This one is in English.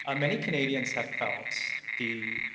ah many canadians have felt the